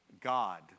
God